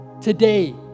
today